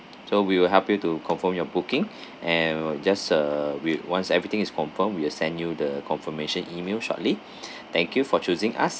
so we will help you to confirm your booking and just a we'll once everything is confirmed will send you the confirmation email shortly thank you for choosing us